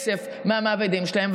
הכסף מהמעבידים שלהם,